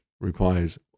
replies